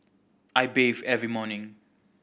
I bathe every morning